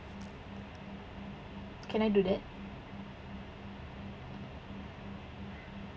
can I do that